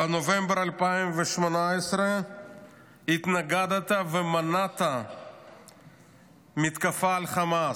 בנובמבר 2018 התנגדת ומנעת מתקפה על חמאס,